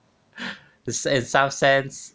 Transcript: in some sense